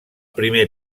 primer